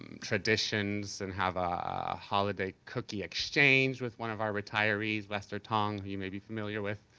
um traditions and have a holiday cookie exchange with one of our retirees, lester tong, you might be familiar with.